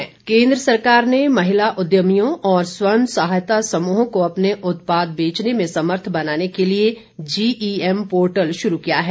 सरकार जीईएम केन्द्र सरकार ने महिला उद्यमियों और स्वःसहायता समूहों को अपने उत्पाद बेचने में समर्थ बनाने के लिए जीईएम पोर्टल शुरू किया है